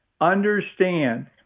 understand